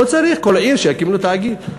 לא צריך שכל עיר תקים תאגיד.